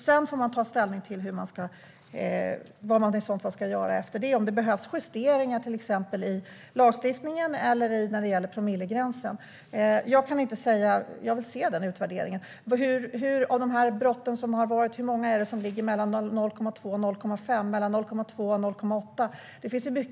Sedan får man ta ställning till vad man i så fall ska göra efter det och om det till exempel behövs justeringar i lagstiftningen eller en ändring av promillegränsen. Jag vill se den utvärderingen. Hur ofta har det legat mellan 0,2 och 0,5 respektive mellan 0,5 och 0,8 vid de brott som begåtts?